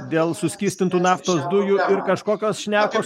dėl suskystintų naftos dujų ir kažkokios šnekos